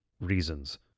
reasons